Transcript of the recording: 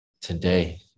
today